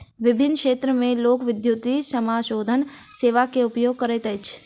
विभिन्न क्षेत्र में लोक, विद्युतीय समाशोधन सेवा के उपयोग करैत अछि